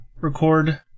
record